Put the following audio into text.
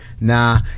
nah